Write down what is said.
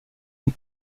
une